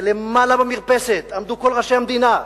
ולמעלה במרפסת עמדו כל ראשי המדינה,